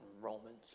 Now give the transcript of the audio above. Romans